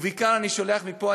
ובעיקר אני שולח מפה,